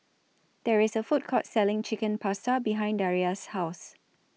There IS A Food Court Selling Chicken Pasta behind Daria's House